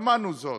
שמענו זאת.